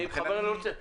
אני בכוונה לא רוצה.